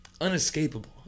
unescapable